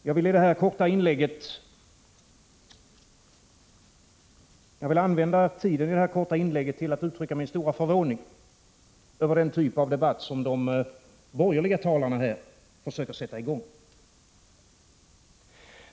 Jag vill använda tiden i detta korta inlägg till att uttrycka min stora förvåning över den typ av debatt som de borgerliga talarna nu försöker sätta i gång.